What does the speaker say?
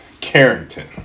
Carrington